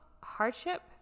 hardship